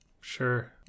Sure